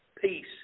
Peace